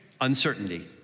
Uncertainty